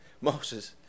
Moses